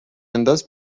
انداز